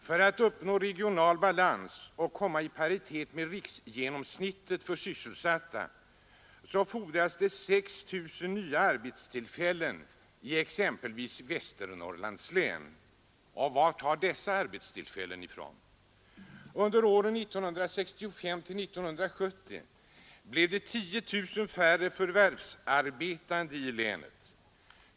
För att uppnå regional balans och komma i paritet med riksgenomsnittet för sysselsatta fordras exempelvis 6 000 nya arbetstillfällen i Västernorrlands län. Var tas dessa arbetstillfällen ifrån? Under åren 1965-1970 blev det 10 000 färre förvärvsarbetande i länet.